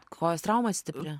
kojos trauma stipri